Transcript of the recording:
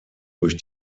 durch